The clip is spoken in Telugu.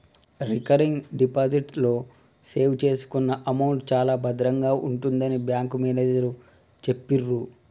రికరింగ్ డిపాజిట్ లో సేవ్ చేసుకున్న అమౌంట్ చాలా భద్రంగా ఉంటుందని బ్యాంకు మేనేజరు చెప్పిర్రు